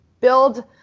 build